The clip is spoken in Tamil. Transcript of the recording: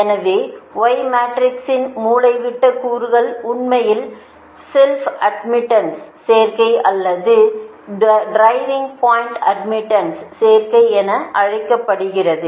எனவே y மேட்ரிக்ஸின் மூலைவிட்ட கூறுகள் உண்மையில் ஸெல்ப் அட்மிட்டன்ஸ் சேர்க்கை அல்லது ட்ரிவிங் பாயிண்ட் அட்மிட்டன்ஸ் சேர்க்கை என அழைக்கப்படுகிறது